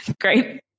great